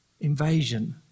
Invasion